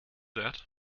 that